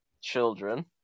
children